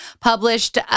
published